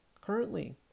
Currently